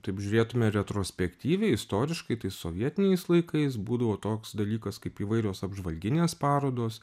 taip žiūrėtume retrospektyviai istoriškai tai sovietiniais laikais būdavo toks dalykas kaip įvairios apžvalginės parodos